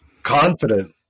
confident